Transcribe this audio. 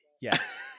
Yes